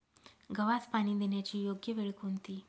गव्हास पाणी देण्याची योग्य वेळ कोणती?